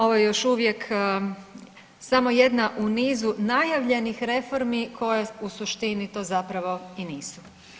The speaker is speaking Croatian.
Ovo je još uvijek samo jedna u nizu najavljenih reformi koje u suštini to zapravo i nisu.